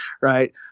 right